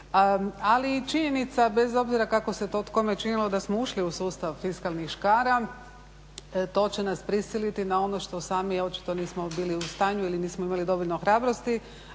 Ali i činjenica bez obzira kako se to kome činilo da smo ušli u sustav fiskalnih škara to će nas prisiliti na ono što sami očito nismo bili u stanju ili nismo imali dovoljno hrabrosti